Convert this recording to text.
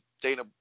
Dana